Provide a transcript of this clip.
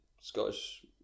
Scottish